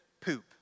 poop